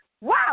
wow